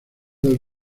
del